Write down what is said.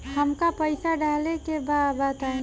हमका पइसा डाले के बा बताई